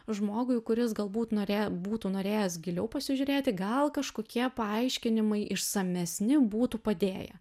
žmogui kuris galbūt norėjo būtų norėjęs giliau pasižiūrėti gal kažkokie paaiškinimai išsamesni būtų padėję